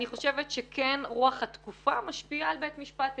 אני חושבת שכן רוח התקופה משפיעה על בית המשפט העליון,